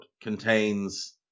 contains